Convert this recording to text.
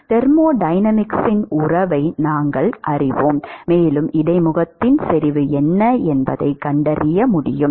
தெர்மோடைனமிக்ஸின் உறவை நாங்கள் அறிவோம் மேலும் இடைமுகத்தின் செறிவு என்ன என்பதைக் கண்டறிய முடியும்